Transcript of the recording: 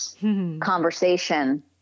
conversation